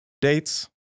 dates